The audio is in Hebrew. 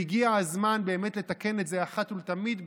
והגיע הזמן באמת לתקן את זה אחת ולתמיד,